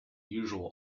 usual